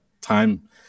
time